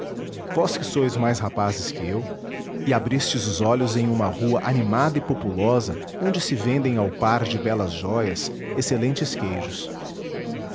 vós que sois mais rapazes que eu e abristes os olhos em uma rua animada e populosa onde se vendem ao par de belas jóias excelentes queijos